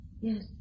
Yes